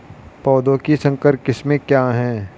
पौधों की संकर किस्में क्या हैं?